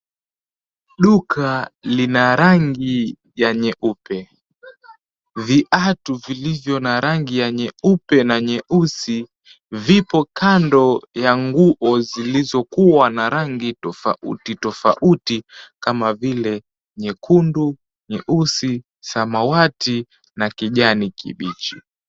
Duka lina rangi ya nyeupe. Viatu vilivyo na rangi ya nyeupe na nyeusi vipo kando ya nguo zilizokuwa na rangi tofauti tofauti kama vile, nyekundu, nyeusi, samawati na kijani kibichi.